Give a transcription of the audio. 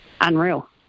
unreal